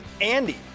Andy